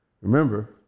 remember